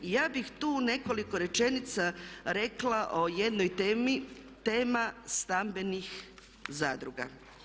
I ja bih tu nekoliko rečenica rekla o jednoj temi, tema stambenih zadruga.